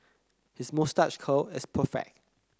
his moustache curl is perfect